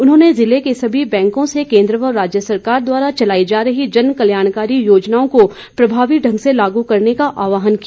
उन्होंने ज़िला के सभी बैंकों से केन्द्र व राज्य सरकार द्वारा चलाई जा रही जनकल्याणकारी योजनाओं को प्रभावी ढंग से लागू करने का आह्वान किया